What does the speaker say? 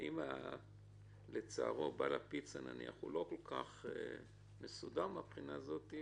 אם לצערו בעל הפיצרייה לא כול כך מסודר מהבחינה הזאת,